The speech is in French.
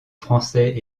français